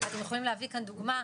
חד-משמעית.